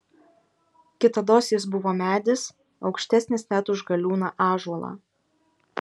kitados jis buvo medis aukštesnis net už galiūną ąžuolą